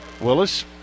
Willis